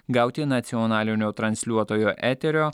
gauti nacionalinio transliuotojo eterio